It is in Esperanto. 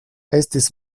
estis